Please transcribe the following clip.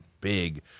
big